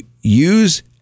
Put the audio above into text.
use